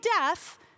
death